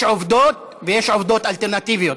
יש עובדות ויש עובדות אלטרנטיביות,